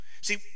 See